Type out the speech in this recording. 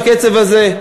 בקצב הזה,